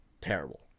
terrible